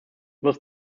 was